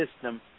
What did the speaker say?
system